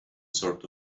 sort